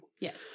Yes